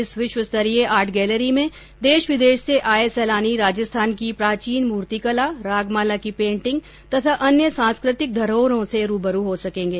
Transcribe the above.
इस विश्वस्तरीय art gallery में देश विदेश से आये सैलानी राजस्थान की प्राचीन मूर्तिकला रागमाला की पेन्टिंग तथा अन्य सांस्कृतिक धरोहरों से रूबरू हो सकेंगे